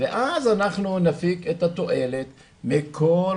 ואז אנחנו נפיק את התועלת מכל